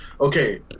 Okay